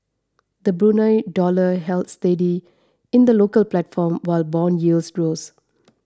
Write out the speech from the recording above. the Brunei dollar held steady in the local platform while bond yields rose